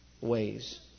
ways